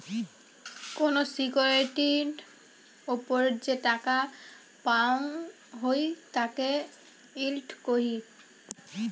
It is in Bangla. কোন সিকিউরিটির ওপর যে টাকা পাওয়াঙ হই তাকে ইল্ড কহি